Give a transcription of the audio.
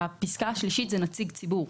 הפסקה השלישית היא נציג ציבור,